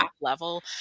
level